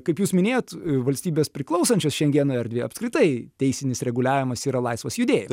kaip jūs minėjot valstybės priklausančios šengeno erdvei apskritai teisinis reguliavimas yra laisvas judė